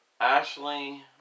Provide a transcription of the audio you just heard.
Ashley